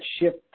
shift